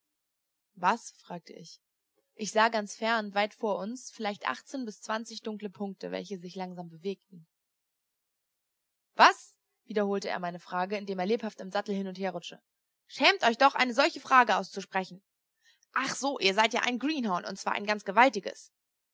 was fragte ich ich sah ganz fern weit vor uns vielleicht achtzehn bis zwanzig dunkle punkte welche sich langsam bewegten was wiederholte er meine frage indem er lebhaft im sattel hin und her rutschte schämt euch doch eine solche frage auszusprechen ach so ihr seid ja ein greenhorn und zwar ein ganz gewaltiges